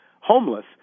homeless